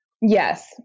Yes